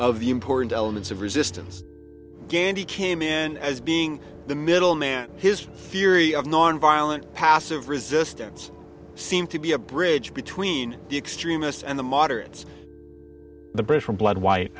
the important elements of resistance gandhi came in as being the middleman his theory of nonviolent passive resistance seemed to be a bridge between the extremists and the moderates the british were bled white